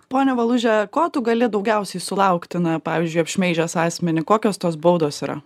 ponia valuže ko tu gali daugiausiai sulaukti na pavyzdžiui apšmeižęs asmenį kokios tos baudos yra